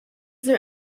there